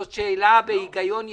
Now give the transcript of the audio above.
זאת שאלה בהיגיון ישר.